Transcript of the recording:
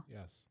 yes